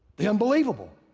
the unbelievable.